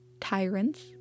Tyrants